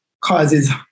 causes